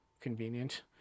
convenient